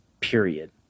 period